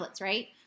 right